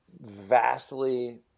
vastly